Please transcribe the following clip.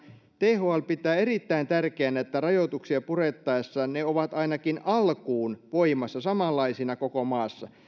thl pitää erittäin tärkeänä että rajoituksia purettaessa ne ovat ainakin alkuun voimassa samanlaisina koko maassa